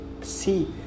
see